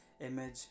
image